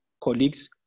colleagues